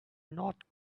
not